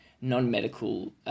non-medical